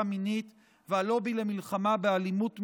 מינית והלובי למלחמה באלימות מינית.